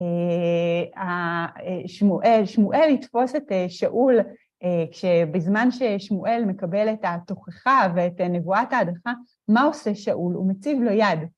שמואל, שמואל יתפוס את שאול כשבזמן ששמואל מקבל את התוכחה ואת נבואת ההדחה. מה עושה שאול? הוא מציב לו יעד.